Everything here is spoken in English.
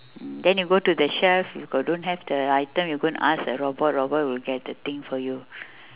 then you go to the chef if got don't have the item you go and ask the robot robot will get the thing for you